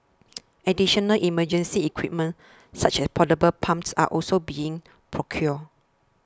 additional emergency equipment such as portable pumps are also being procured